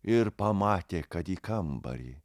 ir pamatė kad į kambarį